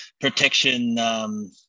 protection